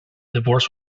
divorce